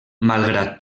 malgrat